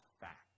fact